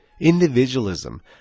individualism